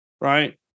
right